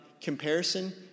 comparison